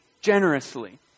generously